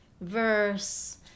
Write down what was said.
verse